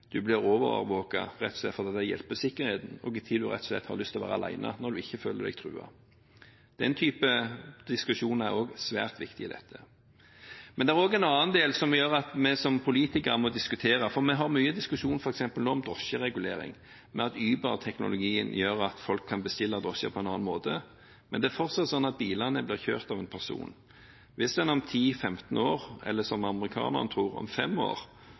du blir overvåket, rett og slett fordi det hjelper sikkerheten, og til hvilken tid du har lyst til å være alene, når du ikke føler deg truet. Den type diskusjon er også svært viktig i dette. Men det er også en annen del som gjør at vi som politikere må diskutere, for vi har f.eks. mye diskusjon om drosjeregulering nå. Uber-teknologien gjør at folk kan bestille drosjer på en annen måte, men det er fortsatt slik at bilene blir kjørt av en person. Hvis en om ti–femten år – eller som amerikanerne tror, om fem år